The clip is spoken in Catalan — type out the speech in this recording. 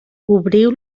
cobriu